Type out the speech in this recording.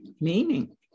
Meaning